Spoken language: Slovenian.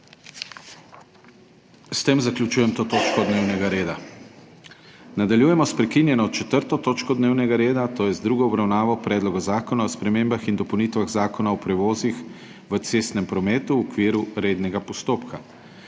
S tem zaključujem to točko dnevnega reda. Nadaljujemo s prekinjeno 4. točko dnevnega reda, to je z drugo obravnavo Predloga zakona o spremembah in dopolnitvah Zakona o prevozih v cestnem prometu v okviru rednega postopka.